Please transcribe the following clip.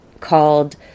called